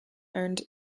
earned